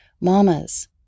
Mamas